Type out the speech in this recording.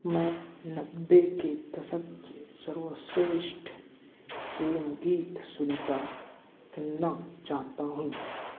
मैं नब्बे के दशक के सर्वश्रेष्ठ प्रेम गीत सुनता सुनना चाहता हूँ